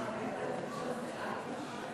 אתה רוצה שאני אוסיף לו?